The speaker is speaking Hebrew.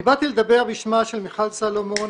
אני באתי לדבר בשם מיכל סלומון,